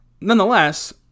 nonetheless